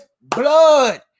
blood